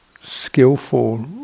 skillful